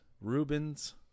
Rubens